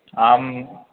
आम्